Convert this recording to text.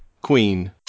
queen